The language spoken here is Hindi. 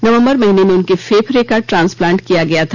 नवंबर महीने में उनके फेफड़े का ट्रांसप्लांट किया गया था